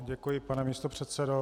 Děkuji, pane místopředsedo.